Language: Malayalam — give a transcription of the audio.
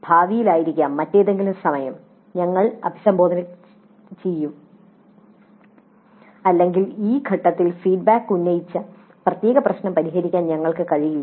ഭാവിയിലായിരിക്കാം മറ്റെന്തെങ്കിലും സമയം ഞങ്ങൾക്ക് അഭിസംബോധന ചെയ്യാൻ കഴിയും എന്നാൽ ഈ ഘട്ടത്തിൽ ഫീഡ്ബാക്ക് ഉന്നയിച്ച പ്രത്യേക പ്രശ്നം പരിഹരിക്കാൻ ഞങ്ങൾക്ക് കഴിയില്ല